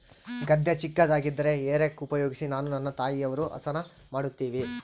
ಗದ್ದೆ ಚಿಕ್ಕದಾಗಿದ್ದರೆ ಹೇ ರೇಕ್ ಉಪಯೋಗಿಸಿ ನಾನು ನನ್ನ ತಾಯಿಯವರು ಹಸನ ಮಾಡುತ್ತಿವಿ